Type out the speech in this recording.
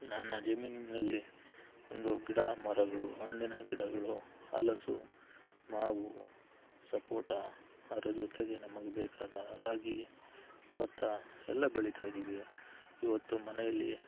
ನನ್ನ ಜಮೀನಿನಲ್ಲಿ ಒಂದು ಗಿಡ ಮರಗಳು ಹಣ್ಣಿನ ಗಿಡಗಳು ಹಲಸು ಮಾವು ಸಪೋಟ ಅದರ ಜೊತೆಗೆ ನಮಗೆ ಬೇಕಾದ ರಾಗಿ ಭತ್ತ ಎಲ್ಲ ಬೆಳಿತಾಯಿದ್ದೀವಿ ಇವತ್ತು ಮನೆಯಲ್ಲಿ